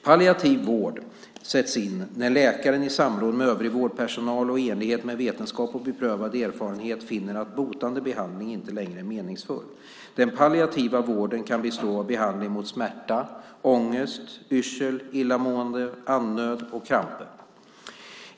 Palliativ vård sätts in när läkaren i samråd med övrig vårdpersonal och i enlighet med vetenskap och beprövad erfarenhet finner att botande behandling inte längre är meningsfull. Den palliativa vården kan bestå av behandling mot smärta, ångest, yrsel, illamående, andnöd och kramper.